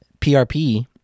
PRP